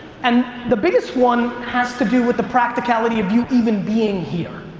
and the biggest one has to do with the practicality of you even being here,